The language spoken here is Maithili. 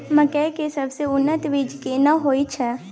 मकई के सबसे उन्नत बीज केना होयत छै?